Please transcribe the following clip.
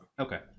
Okay